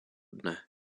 dne